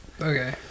Okay